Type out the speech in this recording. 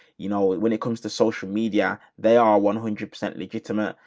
you know, when it comes to social media, they are one hundred percent legitimate,